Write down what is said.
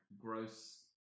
gross